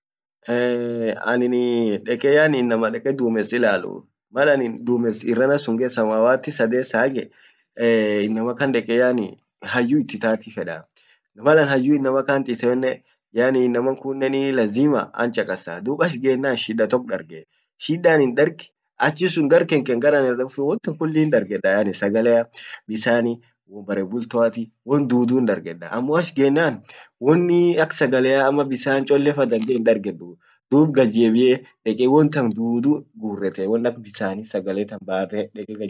aninii dekee yaani innama deke duumes ilalu malani dumes irrana sun ge samawati sadessa ge innama kan deke yaani hayyu it itaati fedaa malan hayyu innamakant iteenne yaani innamankunnen lazima an chakasaa duub ach gennan shidda tok dargee shidda anin darg achisun gar kenkeen gar anin dek sun won kulli hindargedda sagalea bisaani bare bultoa tii won duudu hindargeddaa ammo ach gennaan wonnii ak sagalea bisaan cholle fa dandee hindargeduu duub gajjebie dekee won tan duudu gurrethee won ak bisaani sagale tan baate deke gajjebie fuude